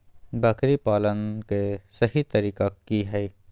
बकरी पालन के सही तरीका की हय?